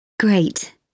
Great